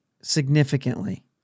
significantly